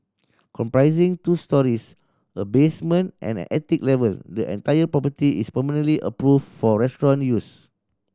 comprising two storeys a basement and an attic level the entire property is permanently approved for restaurant use